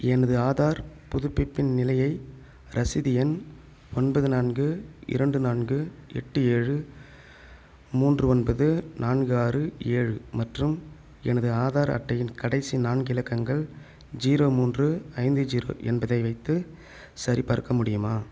எனது ஆதார் புதுப்பிப்பின் நிலையை ரசீது எண் ஒன்பது நான்கு இரண்டு நான்கு எட்டு ஏழு மூன்று ஒன்பது நான்கு ஆறு ஏழு மற்றும் எனது ஆதார் அட்டையின் கடைசி நான்கு இலக்கங்கள் ஜீரோ மூன்று ஐந்து ஜீரோ என்பதை வைத்து சரிபார்க்க முடியுமா